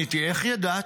עניתי, 'איך ידעת?'